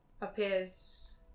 appears